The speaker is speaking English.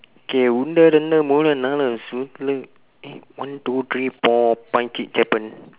K ஒன்று இரண்டு மூன்று நான்கு:onru irandu muunru naanku eh one two three four five six seven